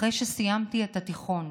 אחרי שסיימתי את התיכון.